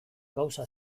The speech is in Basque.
gauza